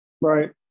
Right